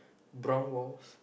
brown walls